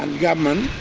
and government or